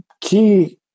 key